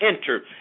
enter